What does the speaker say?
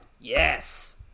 Yes